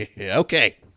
Okay